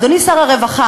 אדוני שר הרווחה,